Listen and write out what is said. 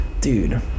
Dude